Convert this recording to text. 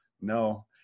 No